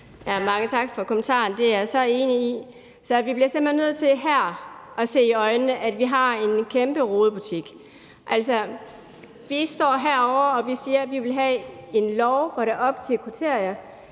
Mange tak for kommentaren. Det er jeg så enig i. Vi bliver simpelt hen nødt til her at se i øjnene, at vi har en kæmpe rodebutik. Altså, vi står herovre og siger, at vi vil have en lov, hvor der er objektive kriterier.